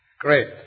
Great